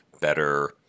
better